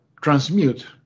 transmute